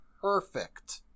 perfect